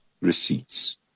receipts